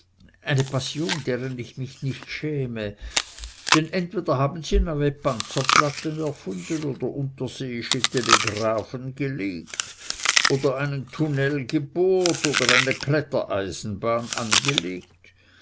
eine passion deren ich mich nicht schäme denn entweder haben sie neue panzerplatten erfunden oder unterseeische telegraphen gelegt oder einen tunnel gebohrt oder eine kletter eisenbahn angelegt